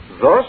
Thus